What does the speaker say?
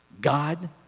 God